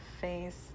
face